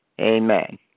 Amen